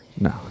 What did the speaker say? No